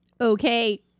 Okay